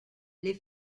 les